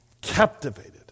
Captivated